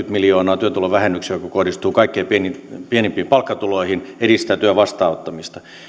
miljoonaa työtulovähennykseen joka kohdistuu kaikkein pienimpiin pienimpiin palkkatuloihin ja edistää työn vastaanottamista